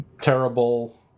Terrible